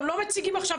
גם לא מציגים עכשיו.